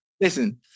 Listen